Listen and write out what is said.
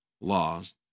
laws